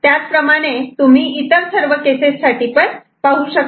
त्याच प्रमाणे तुम्ही इतर सर्व केसेस साठी पाहू शकतात